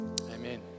Amen